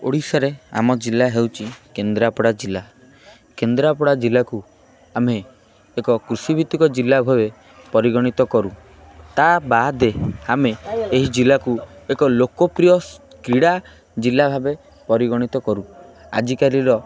ଓଡ଼ିଶାରେ ଆମ ଜିଲ୍ଲା ହେଉଛି କେନ୍ଦ୍ରାପଡ଼ା ଜିଲ୍ଲା କେନ୍ଦ୍ରାପଡ଼ା ଜିଲ୍ଲାକୁ ଆମେ ଏକ କୃଷି ଭିତ୍ତିକ ଜିଲ୍ଲା ଭାବେ ପରିଗଣିତ କରୁ ତା ବାଦେ ଆମେ ଏହି ଜିଲ୍ଲାକୁ ଏକ ଲୋକପ୍ରିୟ କ୍ରୀଡ଼ା ଜିଲ୍ଲା ଭାବେ ପରିଗଣିତ କରୁ ଆଜିକାଲିର